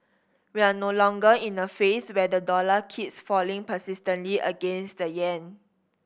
we're no longer in a phase where the dollar keeps falling persistently against the yen